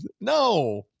No